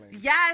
yes